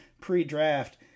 pre-draft